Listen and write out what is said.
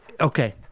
okay